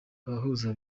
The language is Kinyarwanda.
abahuza